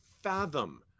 fathom